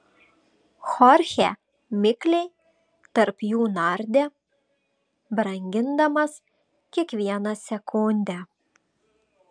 chorchė mikliai tarp jų nardė brangindamas kiekvieną sekundę